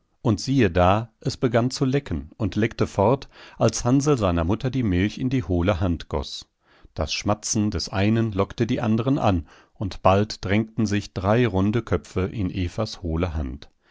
und siehe da es begann zu lecken und leckte fort als hansl seiner mutter die milch in die hohle hand goß das schmatzen des einen lockte die anderen an und bald drängten sich drei runde köpfe in evas hohle hand